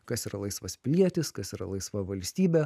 kas yra laisvas pilietis kas yra laisva valstybė